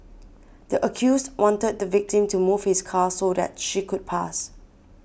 the accused wanted the victim to move his car so that she could pass